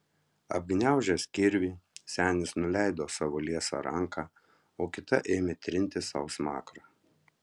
apgniaužęs kirvį senis nuleido savo liesą ranką o kita ėmė trinti sau smakrą